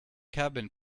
cabin